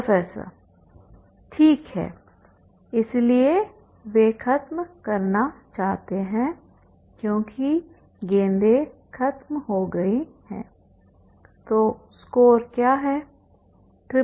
professor ठीक है इसलिए वे खत्म करना चाहते हैं क्योंकि गेंदें खत्म हो गई हैं तो स्कोर क्या है